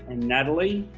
natalie